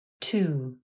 two